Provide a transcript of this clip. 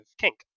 kink